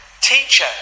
Teacher